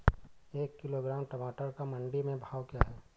एक किलोग्राम टमाटर का मंडी में भाव क्या है?